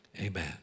amen